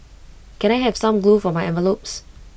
can I have some glue for my envelopes